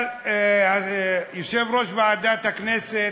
אבל יושב-ראש ועדת הכנסת